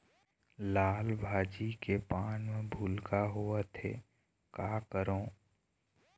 लाल भाजी के पान म भूलका होवथे, का करों?